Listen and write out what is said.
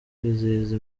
kwizihiza